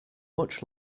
much